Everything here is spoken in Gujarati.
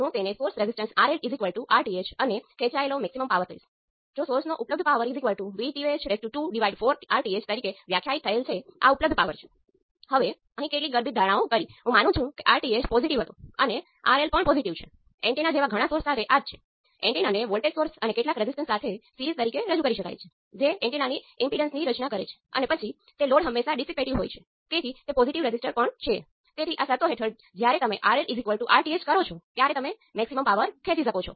હવે આનું મૂલ્યાંકન પહેલાની જેમ જ છે તમે એક ઇન્ડિપેન્ડન્ટ વેરિયેબલને 0 પર સેટ કરો અને તેનું મૂલ્યાંકન કરો